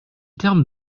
termes